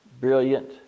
brilliant